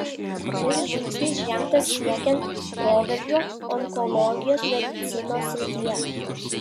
šis žingsnis žengtas siekiant proveržio onkologijos medicinos srityje